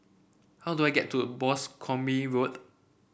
how do I get to Boscombe Road